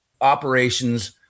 operations